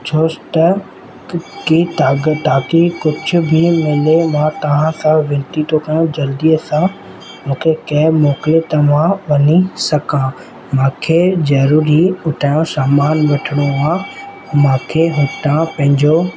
पुछोसि त कि ताक़ी ताक़ी कुझु बि हूंदो मां तव्हां सां विनती थो कयां जल्दीअ सां मूंखे कैब मोकिलियो त मां वञी सघां मूंखे ज़रूरी उतां सामान वठिणो आहे मूंखे हितां पंहिंजो घर जो कुझु सामान वठिणो आहे मूंखे हितां पंहिंजो